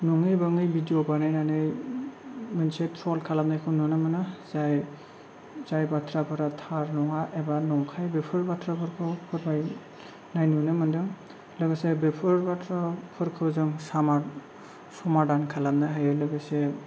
नङै बाङै भिडिय' बानायनानै मोनसे ट्र'ल खालामनायखौ नुनो मोनो जाय जाय बाथ्राफोरा थार नङा एबा नंखाय बेफोर बाथ्राफोरखौ फोरमायनाय नुनो मोन्दों लोगोसे बेफोर बाथ्राफोरखौ जों सामा समादान खालामनो हायो लोगोसे